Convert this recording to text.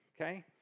okay